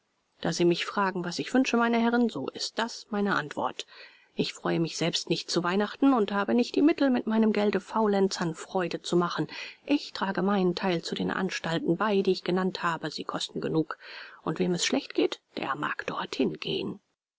da sie mich fragen was ich wünsche meine herren so ist das meine antwort ich freue mich selbst nicht zu weihnachten und habe nicht die mittel mit meinem gelde faulenzern freude zu machen ich trage meinen teil zu den anstalten bei die ich genannt habe sie kosten genug und wem es schlecht geht der mag dorthin gehen